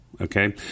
okay